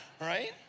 right